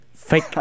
fake